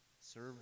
serve